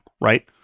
right